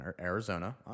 Arizona